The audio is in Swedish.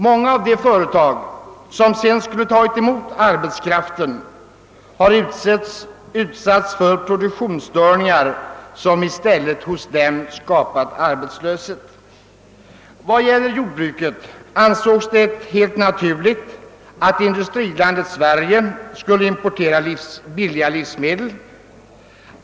Många av de företag som skulle tagit emot arbetskraften har utsatts för produktionsstörningar som i stället hos dem skapat arbetslöshet. När det gäller jordbruket ansågs det helt naturligt att industrilandet Sverige skulle importera billiga livsmedel.